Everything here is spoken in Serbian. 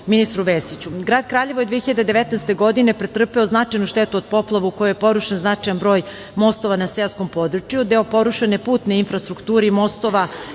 ministru Vesiću.